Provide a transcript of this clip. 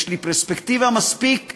יש לי פרספקטיבה מספיק גדולה,